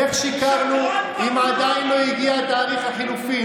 איך שיקרנו אם עדיין לא הגיע תאריך החילופין?